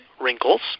wrinkles